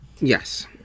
Yes